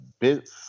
bit